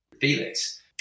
Felix